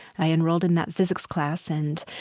i enrolled in that physics class and,